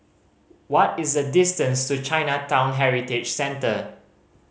what is the distance to Chinatown Heritage Centre